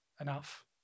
enough